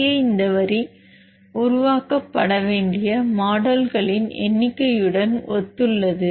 இங்கே இந்த வரி உருவாக்கப்பட வேண்டிய மாடல்களின் எண்ணிக்கையுடன் ஒத்துள்ளது